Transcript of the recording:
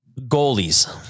goalies